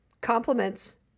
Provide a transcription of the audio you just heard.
compliments